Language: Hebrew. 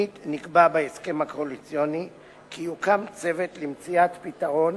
שנית נקבע בהסכם הקואליציוני כי יוקם צוות למציאת פתרון